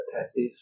passive